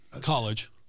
College